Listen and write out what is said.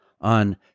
On